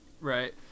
Right